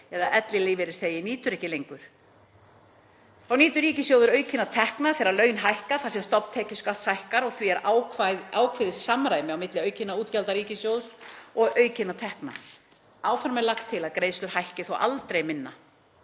eða ellilífeyrisþegi nýtur ekki lengur. Þá nýtur ríkissjóður aukinna tekna þegar laun hækka þar sem stofn tekjuskatts hækkar. Því er ákveðið samræmi á milli aukinna útgjalda ríkissjóðs og aukinna tekna. Áfram er lagt til að greiðslur hækki þó aldrei minna